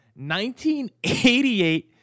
1988